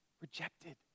rejected